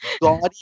gaudy